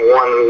one